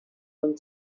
and